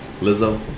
Lizzo